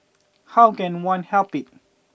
how can one help it